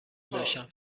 داشتم